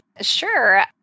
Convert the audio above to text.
sure